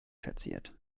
verziert